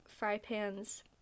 Frypan's